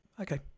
okay